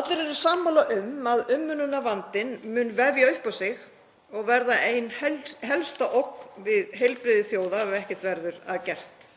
Allir eru sammála um að umönnunarvandinn mun vinda upp á sig og verða ein helsta ógn við heilbrigði þjóða ef ekkert verður að gert.